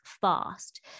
fast